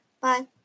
Bye